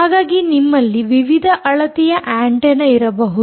ಹಾಗಾಗಿ ನಿಮ್ಮಲ್ಲಿ ವಿವಿಧ ಅಳತೆಯ ಆಂಟೆನ್ನ ಇರಬಹುದು